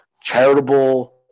Charitable